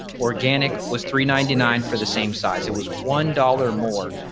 organic was three ninety nine for the same size it was one dollar or more.